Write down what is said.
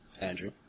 Andrew